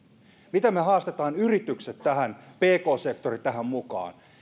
miten me haastamme yritykset pk sektorin tähän mukaan